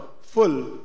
full